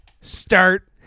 start